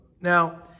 Now